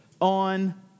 on